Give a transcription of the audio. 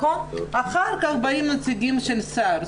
אחר כך באים נציגים של שר.